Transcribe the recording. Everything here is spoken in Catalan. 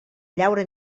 llaura